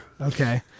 Okay